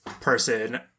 person